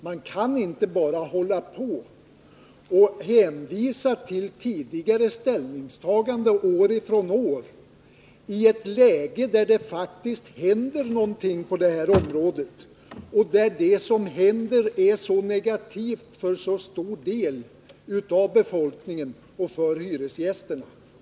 Man kan inte bara hålla på med att hänvisa till tidigare ställningstaganden år från år i ett läge där det faktiskt händer någonting på detta område och där det som händer är så negativt för så stor del av befolkningen och hyresgästerna.